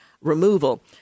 removal